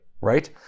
right